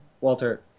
Walter